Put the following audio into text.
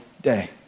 day